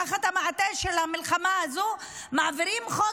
תחת המעטה של המלחמה הזו מעבירים את חוק